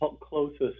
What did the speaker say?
closest